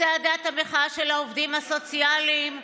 צעדת המחאה של העובדים הסוציאליים,